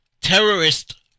terrorist